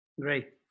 Great